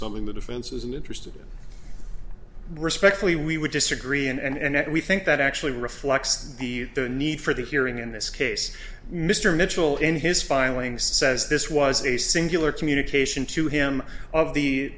something the defense isn't interested in respectfully we would disagree and that we think that actually reflects the the need for the hearing in this case mr mitchell in his filing says this was a singular communication to him of the